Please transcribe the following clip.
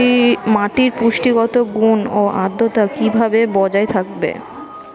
মাটির পুষ্টিগত গুণ ও আদ্রতা কিভাবে বজায় থাকবে?